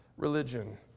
religion